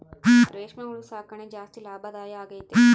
ರೇಷ್ಮೆ ಹುಳು ಸಾಕಣೆ ಜಾಸ್ತಿ ಲಾಭದಾಯ ಆಗೈತೆ